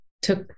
took